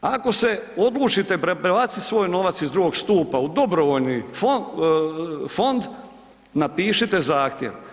Ako se odlučite prebaciti svoj novac iz II. stupa u dobrovoljni fond, napišite zahtjev.